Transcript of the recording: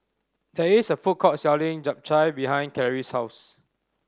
there is a food court selling Japchae behind Clarice's house